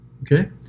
Okay